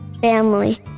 family